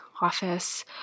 office